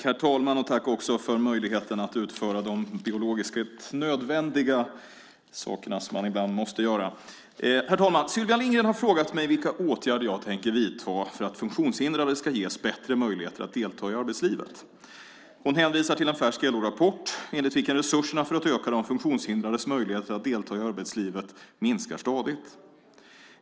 Herr talman! Sylvia Lindgren har frågat mig vilka åtgärder jag tänker vidta för att funktionshindrade ska ges bättre möjligheter att delta i arbetslivet. Hon hänvisar till en färsk LO-rapport enligt vilken resurserna för att öka de funktionshindrades möjligheter att delta i arbetslivet minskar stadigt.